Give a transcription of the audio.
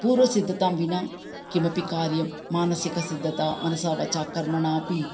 पूर्वसिद्धतां विना किमपि कार्यं मानसिकसिद्धता मनसा वाचा कर्मणा अपि